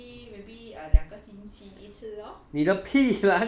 err maybe maybe uh 两个星期一次 lor